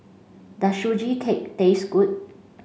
does Sugee Cake taste good